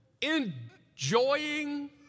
enjoying